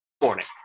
morning